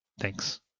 Thanks